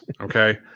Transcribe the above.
okay